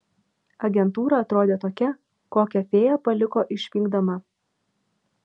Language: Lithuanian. agentūra atrodė tokia kokią fėja paliko išvykdama